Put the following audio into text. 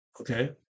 okay